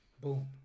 Boom